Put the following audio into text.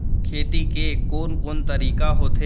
खेती के कोन कोन तरीका होथे?